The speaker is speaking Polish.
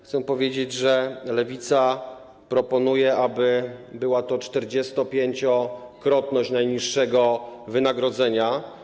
Chcę powiedzieć, że Lewica proponuje, aby była to 45-krotność najniższego wynagrodzenia.